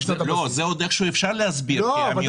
אם עוד פעם יירשם "שר",